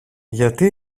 γιατί